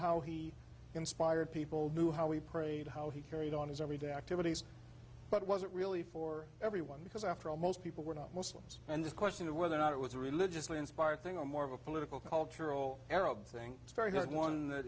how he inspired people knew how we prayed how he carried on his everyday activities but wasn't really for everyone because after all most people were not muslims and the question of whether or not it was a religiously inspired thing or more of a political cultural arab thing is very good one that